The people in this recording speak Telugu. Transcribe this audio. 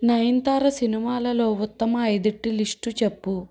నయనతార సినిమాలలో ఉత్తమ అయిదింటి లిస్టు చెప్పు